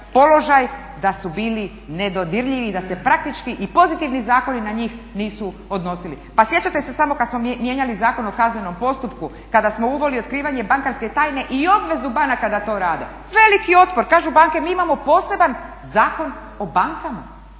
položaj da su bili nedodirljivi i da se praktički i pozitivni zakoni na njih nisu odnosili. Pa sjećate se samo kad smo mijenjali Zakon o kaznenom postupku kada smo uveli otkrivanje bankarske tajne i obvezu banaka da to rade. Veliki otpor! Kažu banke mi imamo poseban Zakon o bankama.